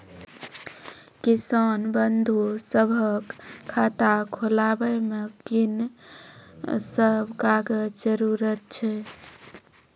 किसान बंधु सभहक खाता खोलाबै मे कून सभ कागजक जरूरत छै?